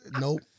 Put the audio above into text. Nope